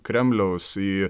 kremliaus į